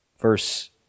verse